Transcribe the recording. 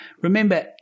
remember